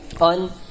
on